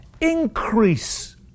increase